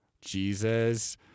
Jesus